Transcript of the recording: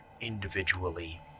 individually